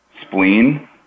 spleen